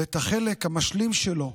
ואת החלק המשלים שלו,